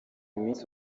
minsi